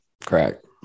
Correct